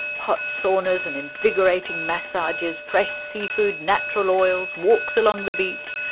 hot saunas, and invigorating massages, fresh seafood, natural oils, walks along the beach,